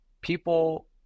people